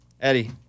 Eddie